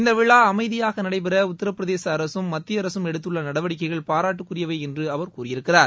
இந்த விழா அமைதியாக நடைபெற உத்திரபிரதேச அரசும் மத்திய அரசும் எடுத்தள்ள நடவடிக்கைகள் பாராட்டுக்குரியவை என்று அவர் கூறியிருக்கிறார்